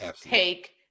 take